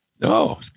No